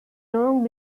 long